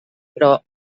però